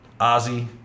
Ozzy